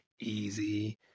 easy